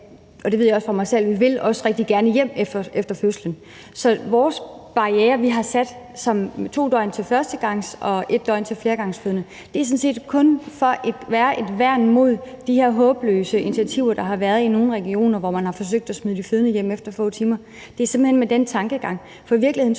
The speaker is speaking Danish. – det ved jeg fra mig selv – at vi også rigtig gerne vil hjem efter fødslen. Så vi har sat det som 2 døgn til førstegangs- og 1 døgn til fleregangsfødende. Det er sådan set kun for at have et værn imod de her håbløse initiativer, der har været i nogle regioner, hvor man har forsøgt at smide de fødende hjem efter få timer. Det er simpelt hen ud fra den tankegang. I virkeligheden